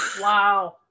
Wow